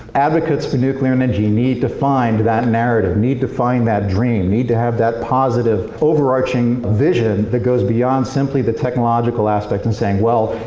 advocates for nuclear energy need to find that narrative, need to find that dream. you need to have that positive overarching vision that goes beyond simply the technological aspect and saying well,